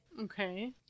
Okay